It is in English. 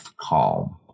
calm